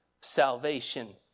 salvation